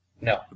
No